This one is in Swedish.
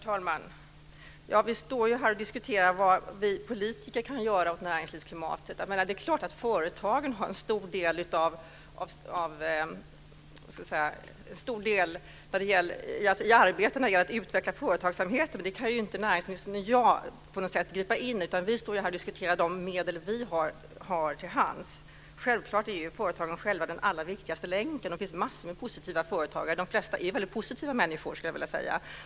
Herr talman! Vi står här och diskuterar vad vi politiker kan göra åt näringslivsklimatet. Det är klart att företagen har en stor del i arbetet när det gäller att utveckla företagsamheten, men det kan ju inte näringsministern och jag på något sätt gripa in i, utan vi står här och diskuterar de medel som vi har till hands. Självklart är ju företagen själva den allra viktigaste länken. Det finns massor av positiva företagare. De allra flesta är väldigt positiva människor, skulle jag vilja säga.